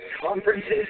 conferences